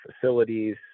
facilities